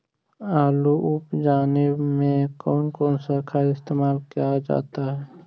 आलू उप जाने में कौन कौन सा खाद इस्तेमाल क्या जाता है?